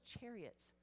chariots